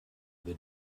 the